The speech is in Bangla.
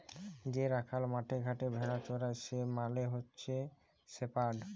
যে রাখাল মাঠে ঘাটে ভেড়া চরাই সে মালে হচ্যে শেপার্ড